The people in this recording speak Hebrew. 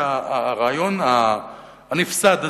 כאן הרעיון הנפסד הזה,